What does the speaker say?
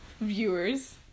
viewers